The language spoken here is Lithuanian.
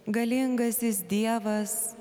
galingasis dievas